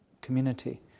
community